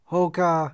Hoka